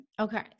Okay